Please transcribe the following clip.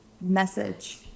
message